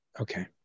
okay